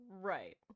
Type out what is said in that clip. Right